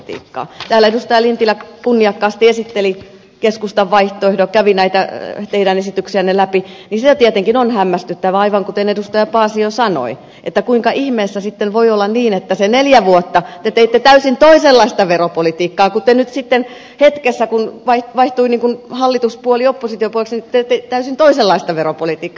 kun täällä edustaja lintilä kunniakkaasti esitteli keskustan vaihtoehdon kävi näitä teidän esityksiänne läpi niin se tietenkin on hämmästyttävää aivan kuten edustaja paasio sanoi kuinka ihmeessä sitten voi olla niin että sen neljä vuotta te teitte täysin toisenlaista veropolitiikkaa kun te nyt sitten hetkessä kun vaihtui hallituspuoli oppositiopuoleksi teette täysin toisenlaista veropolitiikkaa